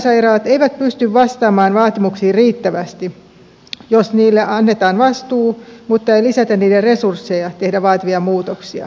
luovuttajasairaalat eivät pysty vastaamaan vaatimuksiin riittävästi jos niille annetaan vastuu mutta ei lisätä niiden resursseja tehdä vaativia muutoksia